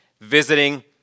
visiting